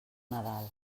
nadal